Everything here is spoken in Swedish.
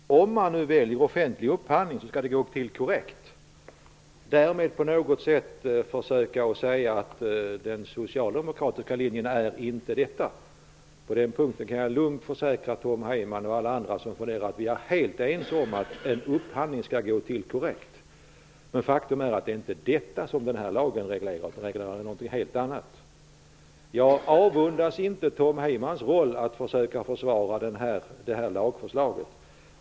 Herr talman! Tom Heyman säger att om man väljer offentlig upphandling så skall det gå korrekt till. Han försöker därmed säga att den socialdemokratiska linjen inte innebär det. På den punkten kan jag lugnt försäkra Tom Heyman, och alla andra som undrar, att jag är helt ense med Tom Heyman om att en upphandling skall gå korrekt till. Men faktum är att denna lag inte reglerar det. Den reglerar något helt annat. Jag avundas inte Tom Heyman att försöka försvara detta lagförslag.